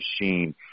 machine